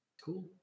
Cool